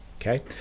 Okay